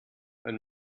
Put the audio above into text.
wenn